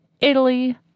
Italy